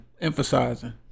Emphasizing